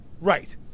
Right